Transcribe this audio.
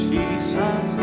Jesus